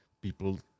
people